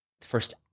first